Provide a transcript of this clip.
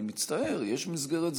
אני מצטער, יש מסגרת זמנים.